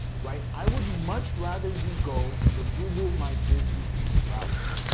right, i would much rather you go the google my business route,